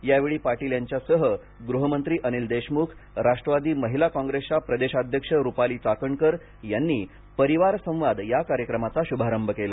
यावेळी पाटील यांच्यासह गृहमंत्री अनिल देशमुख राष्ट्रवादी महिला काँग्रेसच्या प्रदेशाध्यक्ष रुपाली चाकणकर यांनी परिवार संवाद कार्यक्रमाचा श्भारंभ केला